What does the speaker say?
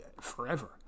forever